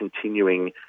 continuing